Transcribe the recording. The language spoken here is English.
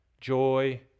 joy